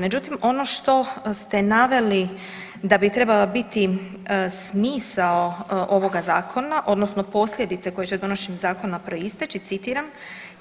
Međutim, ono što ste naveli da bi trebala biti smisao ovoga zakona odnosno posljedice koje će donošenjem zakona proisteći citiram,